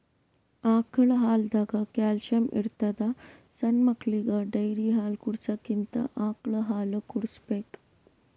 ಆಕಳ್ ಹಾಲ್ದಾಗ್ ಕ್ಯಾಲ್ಸಿಯಂ ಇರ್ತದ್ ಸಣ್ಣ್ ಮಕ್ಕಳಿಗ ಡೇರಿ ಹಾಲ್ ಕುಡ್ಸಕ್ಕಿಂತ ಆಕಳ್ ಹಾಲ್ ಕುಡ್ಸ್ಬೇಕ್